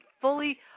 fully